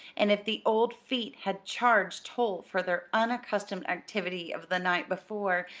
and if the old feet had charged toll for their unaccustomed activity of the night before,